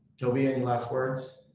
toby, any last words?